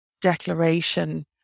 declaration